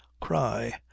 cry